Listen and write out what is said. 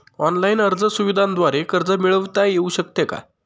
Online अर्ज सुविधांद्वारे कर्ज मिळविता येऊ शकते का?